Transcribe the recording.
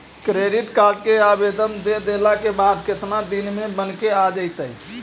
Credit card के आवेदन दे देला के बाद केतना दिन में बनके आ जइतै?